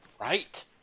right